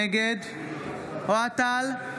נגד אוהד טל,